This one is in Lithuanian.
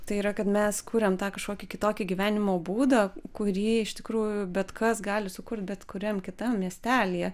tai yra kad mes kuriam tą kažkokį kitokį gyvenimo būdą kurį iš tikrųjų bet kas gali sukurt bet kuriam kitam miestelyje